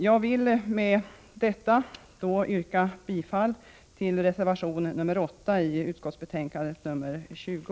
Jag vill med detta yrka bifall till reservation 8 vid näringsutskottets betänkande nr 20.